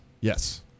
Yes